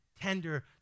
tender